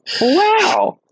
Wow